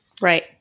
right